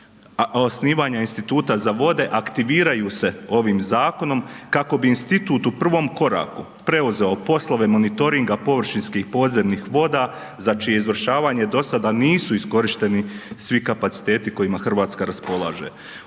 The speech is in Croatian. osnivanja instituta za vode aktiviraju se ovim zakonom kako bi institut u prvom koraku preuzeo poslove monitoringa površinskih podzemnih voda za čije izvršavanje dosada nisu iskorišteni svi kapaciteti kojima Hrvatska raspolaže.